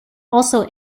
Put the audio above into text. also